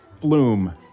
flume